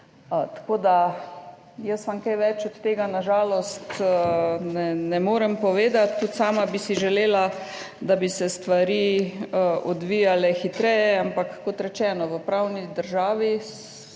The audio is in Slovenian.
Tako da jaz vam kaj več od tega na žalost ne morem povedati. Tudi sama bi si želela, da bi se stvari odvijale hitreje, ampak kot rečeno, v pravni državi